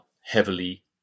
heavily